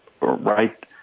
right